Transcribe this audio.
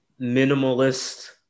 minimalist